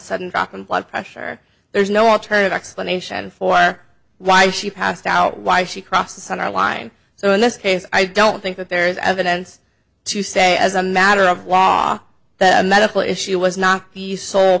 sudden shock and blood pressure there's no alternative explanation for why she passed out why she crossed the center line so in this case i don't think that there is evidence to say as a matter of law that a medical issue was not the sole